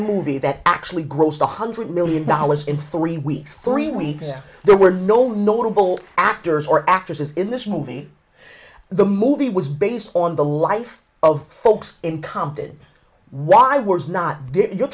movie that actually grossed one hundred million dollars in three weeks three weeks there were no laudable actors or actresses in this movie the movie was based on the life of folks in compton why words not get you're